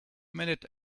minute